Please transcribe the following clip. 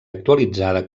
actualitzada